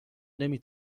نمی